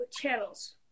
channels